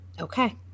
Okay